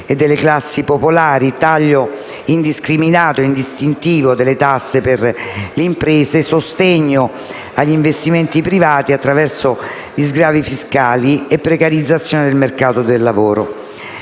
e sulle classi popolari, al taglio indiscriminato e non distintivo delle tasse alle imprese, al sostegno agli investimenti privati attraverso gli sgravi fiscali e alla precarizzazione del mercato del lavoro.